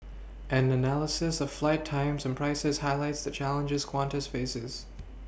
an analysis of flight times and prices highlights the challenges Qantas faces